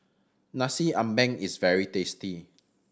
Nasi Ambeng is very tasty